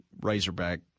Razorback